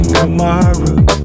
tomorrow